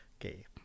Okay